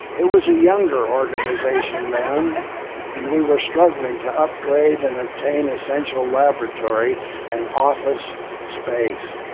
it was a younger organization then and we were struggling to upgrade and obtain essential laboratory and office space.